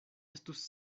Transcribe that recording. estus